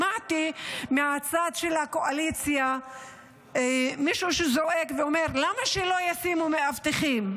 שמעתי מהצד של הקואליציה מישהו שזועק ואומר: למה שלא ישימו מאבטחים?